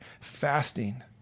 fasting